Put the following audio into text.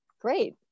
Great